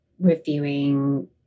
reviewing